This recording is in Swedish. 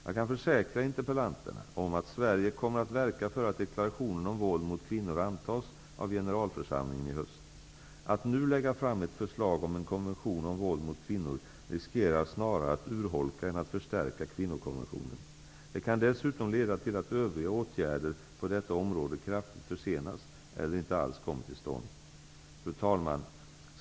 Jag kan försäkra interpellanterna om att Sverige kommer att verka för att deklarationen om våld mot kvinnor antas av generalförsamlingen i höst. Att nu lägga fram ett förslag om en konvention om våld mot kvinnor riskerar snarare att urholka än att förstärka kvinnokonventionen. Det kan dessutom leda till att övriga åtgärder på detta område kraftigt försenas eller inte alls kommer till stånd. Fru talman!